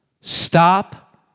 stop